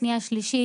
שנייה ושלישית,